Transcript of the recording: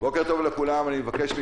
בוקר טוב לכולם, אני פותח את